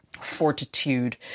fortitude